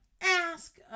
Ask